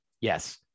Yes